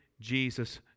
Jesus